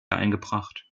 eingebracht